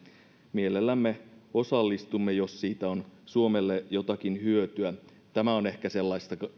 mielellämme osallistumme jos siitä on suomelle jotakin hyötyä tämä on ehkä sellaista